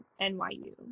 NYU